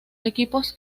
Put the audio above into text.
equipos